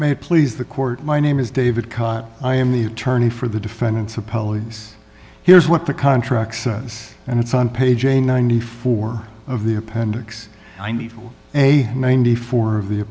it please the court my name is david cot i am the attorney for the defendants apologies here's what the contract says and it's on page a ninety four of the appendix i need a ninety four of the